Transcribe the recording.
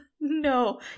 No